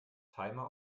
timer